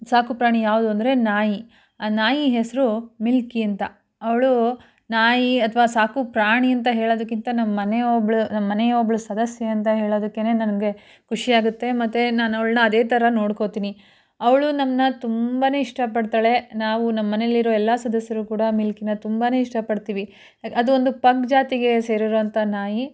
ಸಾಕುಪ್ರಾಣಿ ಯಾವುದು ಅಂದರೆ ನಾಯಿ ಆ ನಾಯಿ ಹೆಸರು ಮಿಲ್ಕಿ ಅಂತ ಅವಳು ನಾಯಿ ಅಥ್ವಾ ಸಾಕುಪ್ರಾಣಿ ಅಂತ ಹೇಳೋದಕ್ಕಿಂತ ನಮ್ಮ ಮನೆ ಒಬ್ಬಳು ನಮ್ಮ ಮನೆಯ ಒಬ್ಬಳು ಸದಸ್ಯೆ ಅಂತ ಹೇಳೋದಕ್ಕೆ ನನಗೆ ಖುಷಿಯಾಗುತ್ತೆ ಮತ್ತು ನಾನವ್ಳನ್ನು ಅದೇ ಥರ ನೋಡ್ಕೊತೀನಿ ಅವಳು ನಮ್ಮನ್ನ ತುಂಬ ಇಷ್ಟಪಡ್ತಾಳೆ ನಾವು ನಮ್ಮ ಮನೆಯಲ್ಲಿರೋ ಎಲ್ಲ ಸದಸ್ಯರು ಕೂಡ ಮಿಲ್ಕಿನ ತುಂಬಾ ಇಷ್ಟಪಡ್ತೀವಿ ಅದು ಅದು ಒಂದು ಪಗ್ ಜಾತಿಗೆ ಸೇರಿರುವಂಥ ನಾಯಿ